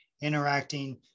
interacting